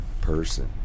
person